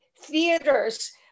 theaters